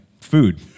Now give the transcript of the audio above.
food